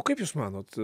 o kaip jūs manot